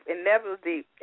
inevitably